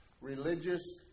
religious